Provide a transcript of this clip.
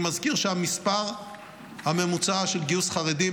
אני מזכיר שהמספר הממוצע של גיוס חרדים